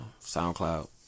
SoundCloud